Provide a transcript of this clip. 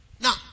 Now